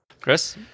Chris